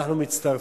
אנחנו מצטרפים,